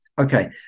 Okay